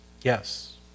Yes